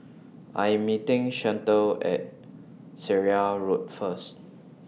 I Am meeting Chantel At Seraya Road First